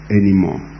anymore